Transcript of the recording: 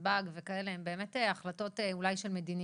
בנתב"ג וכאלה הן אולי באמת החלטות של מדיניות.